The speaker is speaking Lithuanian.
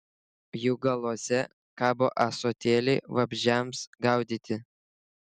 jų galuose kabo ąsotėliai vabzdžiams gaudyti